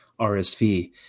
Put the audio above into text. RSV